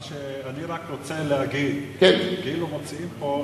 אני רק רוצה להגיד, כאילו מציעים פה שהעוזרים,